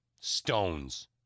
stones